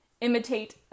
imitate